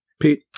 pete